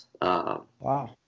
Wow